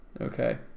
okay